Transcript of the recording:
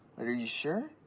are you sure?